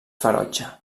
ferotge